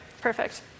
perfect